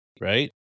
right